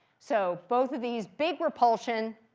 so both of these, big repulsion.